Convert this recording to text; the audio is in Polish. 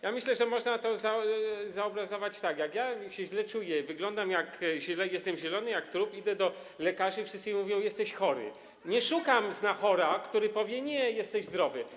Ja myślę, że można to zobrazować tak: jak ja źle się czuję i wyglądam, jestem zielony jak trup, idę do lekarzy i wszyscy mi mówią: jesteś chory, to nie szukam znachora, który powie: nie, jesteś zdrowy.